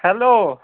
hello